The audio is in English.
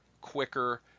quicker